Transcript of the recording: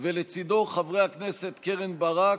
ולצידו חברי הכנסת קרן ברק,